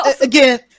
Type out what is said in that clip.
again